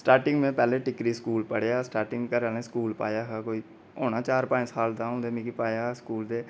starting च में Tikri school पढ़ेआ स्टार्टिंग घरें आह्लें स्कूल पाया हा होना कोई चार पंज साल दा अ'ऊं मिगी पाया हा स्कूल ते